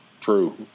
true